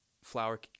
flower